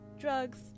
drugs